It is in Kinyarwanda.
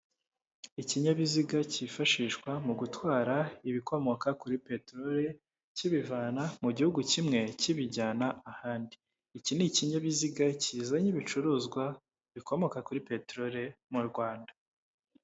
Ikinyabiziga cyifashishwa mu gutwara ibikomoka kuri peterori, kibivana mu gihugu kimwe kibijyana ahandi, iki ni ikinyabiziga kizanye ibicuruzwa bikomoka kuri peterori mu Rwanda.